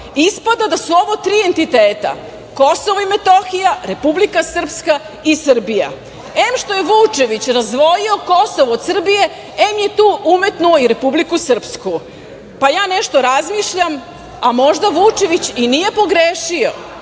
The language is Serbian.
ispada da su ovo tri entiteta, Kosovo i Metohija, Republika Srpska i Srbija. Em što je Vučević razdvojio Kosovo od Srbije, em je tu umetnuo i Republiku Srpsku. Ja nešto razmišljam, a možda Vučević i nije pogrešio,